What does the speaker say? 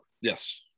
yes